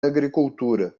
agricultura